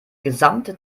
gesamte